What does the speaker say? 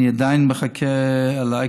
על האייקוס אני עדיין מחכה ל-FDA,